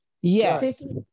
Yes